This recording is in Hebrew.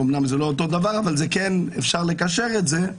אמנם זה לא אותו הדבר אבל כן, אפשר לקשר את זה,